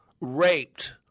raped